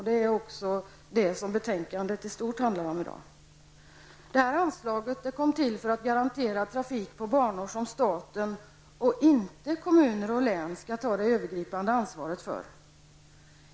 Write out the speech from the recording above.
Det är också detta som betänkandet i stort handlar om i dag. Det här anslaget kom till för att garantera trafik på banor som staten -- och inte kommuner och län -- skall ta det övergripandet ansvaret för.